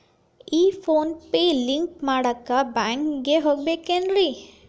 ಈ PhonePe link ಮಾಡಾಕ ಬ್ಯಾಂಕಿಗೆ ಹೋಗ್ಬೇಕೇನ್ರಿ?